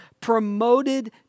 promoted